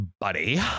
buddy